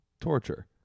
torture